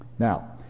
Now